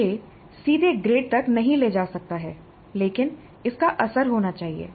यह सीधे ग्रेड तक नहीं ले जा सकता है लेकिन इसका असर होना चाहिए